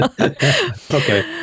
Okay